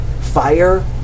fire